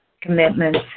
commitments